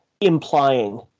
implying